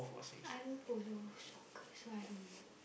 I don't follow soccer so I don't know